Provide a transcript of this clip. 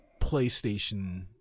PlayStation